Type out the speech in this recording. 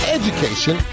education